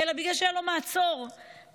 אלא בגלל שהיה לו מעצור בנשק.